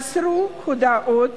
שמסרו הודאות